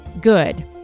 good